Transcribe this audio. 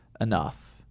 enough